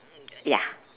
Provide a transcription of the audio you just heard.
ya